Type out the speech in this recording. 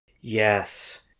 yes